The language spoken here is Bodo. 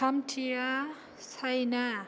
थामथिया चायना